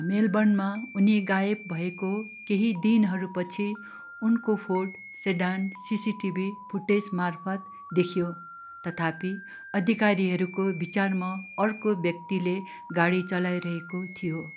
मेलबर्नमा उनी गायब भएको केही दिनहरूपछि उनको फोर्ड सेडान सिसिटिभी फुटेजमार्फत देखियो तथापि अधिकारीहरूको विचारमा अर्को व्यक्तिले गाडी चलाइरहेको थियो